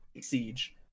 siege